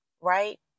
right